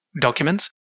documents